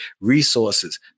resources